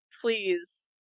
Please